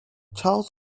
charles